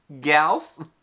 gals